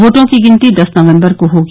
वोटों की गिनती दस नवम्बर को होगी